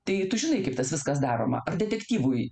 tai tu žinai kaip tas viskas daroma ar detektyvui